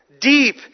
Deep